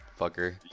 fucker